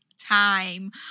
time